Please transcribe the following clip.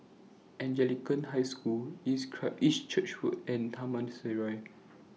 Anglican High School East Church Road and Taman Sireh